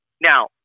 Now